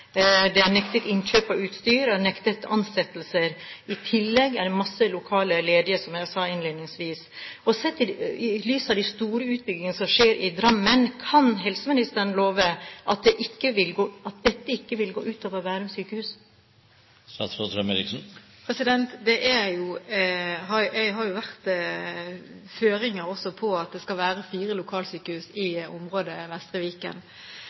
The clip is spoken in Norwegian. er nektet innkjøp av utstyr og nektet ansettelser. I tillegg er mange lokaler ledige, som jeg sa innledningsvis. Sett i lys av de store utbyggingene som skjer i Drammen, kan helseministeren love at dette ikke vil gå ut over Bærum sykehus? Det har jo også vært føringer for at det skal være fire lokalsykehus i området Vestre Viken. Det har vært en del av strategiarbeidet. Bærum sykehus skal fortsatt være